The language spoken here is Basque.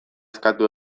eskatu